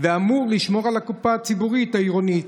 והוא אמור לשמור על הקופה הציבורית העירונית.